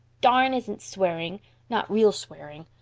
darn isn't swearing not real swearing.